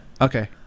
Okay